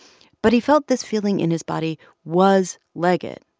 but he felt this feeling in his body was liget.